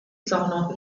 sono